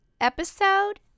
Episode